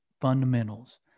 fundamentals